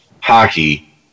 hockey